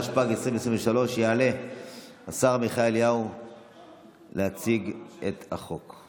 התשפ"ג 2023. יעלה השר עמיחי אליהו להציג את החוק.